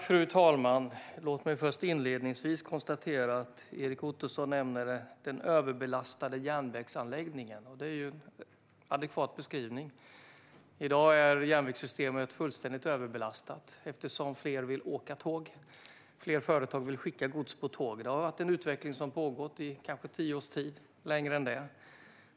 Fru talman! Låt mig först inledningsvis konstatera att Erik Ottoson nämner den överbelastade järnvägsanläggningen, och det är ju en adekvat beskrivning. I dag är järnvägssystemet fullständigt överbelastat eftersom fler vill åka tåg och fler företag vill skicka gods på tåg. Den utvecklingen har pågått i kanske tio års tid eller ännu längre.